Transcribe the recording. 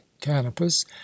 Canopus